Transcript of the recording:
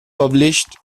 published